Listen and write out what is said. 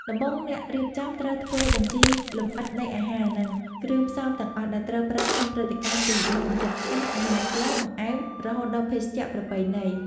ដំបូង អ្នករៀបចំត្រូវធ្វើបញ្ជីលម្អិតនៃអាហារ និងគ្រឿងផ្សំទាំងអស់ ដែលត្រូវប្រើក្នុងព្រឹត្តិការណ៍ពីមុខម្ហូបឆា អាហារស្ល បង្អែម រហូតដល់ភេសជ្ជៈប្រពៃណី។